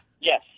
Yes